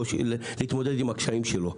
להתמודד עם הקשיים שלו.